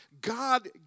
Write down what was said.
God